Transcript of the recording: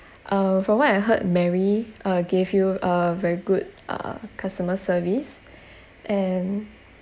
uh from what I heard mary uh gave you a very good uh customer service and